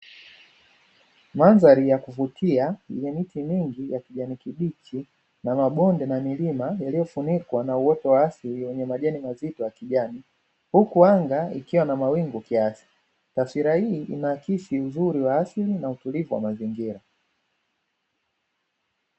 Mandhari ya kuvutia yenye miti mingi ya kijani kibichi na na mabonde na milima iliyofunikwa na uoto wa asili wenye majani mazito ya kijani, huku anga ikiwa na mawingu kiasi, taswira hii inaakisi uzuri wa asili na utulivu wa mazingira.